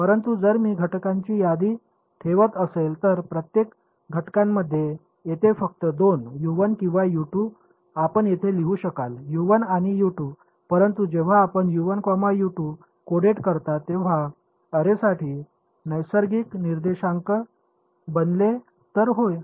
परंतु जर मी घटकांची यादी ठेवत असेल तर प्रत्येक घटकामध्ये तेथे फक्त दोन किंवा आपण ते लिहू शकाल आणि परंतु जेव्हा आपण कोडेड करता तेव्हा अॅरेसाठी नैसर्गिक निर्देशांक बनले तर होय